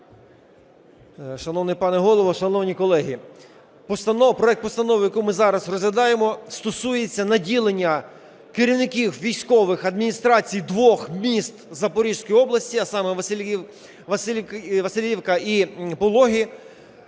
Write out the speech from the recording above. Шановний пане Голово, шановні колеги! Проект постанови, яку ми зараз розглядаємо, стосується наділення керівників військових адміністрацій двох міст Запорізької області, а саме Василівка і Пологи,